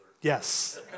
Yes